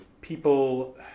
people